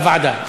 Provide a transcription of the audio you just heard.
לוועדה.